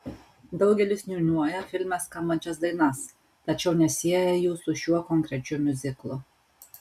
daugelis niūniuoja filme skambančias dainas tačiau nesieja jų su šiuo konkrečiu miuziklu